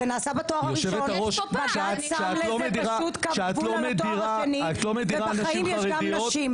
זה נעשה בתואר הראשון וגם על גבול התואר השני ובחיים יש גם נשים,